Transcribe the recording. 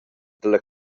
dalla